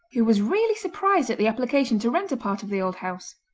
who was rarely surprised at the application to rent a part of the old house.